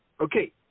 Okay